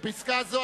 (בפסקה זו,